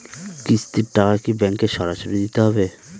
কিস্তির টাকা কি ব্যাঙ্কে সরাসরি দিতে হবে?